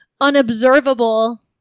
unobservable